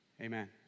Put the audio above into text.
Amen